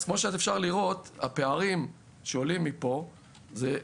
אז כמו שאפשר לראות, הפערים שעולים מפה הם: